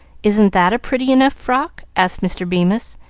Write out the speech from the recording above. isn't that a pretty enough frock? asked mr. bemis,